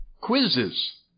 quizzes